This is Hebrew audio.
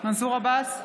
מנסור עבאס,